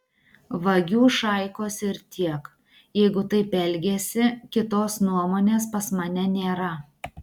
vagių šaikos ir tiek jeigu taip elgiasi kitos nuomonės pas mane nėra